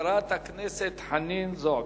חברת הכנסת חנין זועבי.